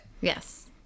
Yes